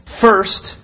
First